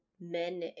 men